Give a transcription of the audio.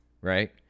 right